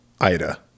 Ida